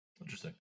Interesting